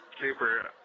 super